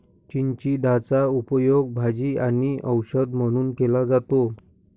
चिचिंदाचा उपयोग भाजी आणि औषध म्हणून केला जातो